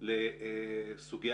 לסוגית,